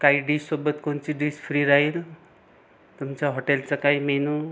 काही डिशसोबत कोणती डिश फ्री राहील तुमच्या हॉटेलचा काही मेनू